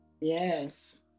Yes